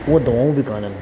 उहो दवाऊं बि कोन आहिनि